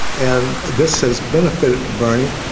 and this has benefited, bernie.